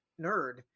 nerd